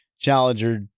Challenger